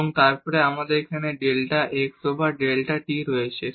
এবং তারপর আমাদের এখানে delta x over delta t আছে